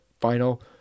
final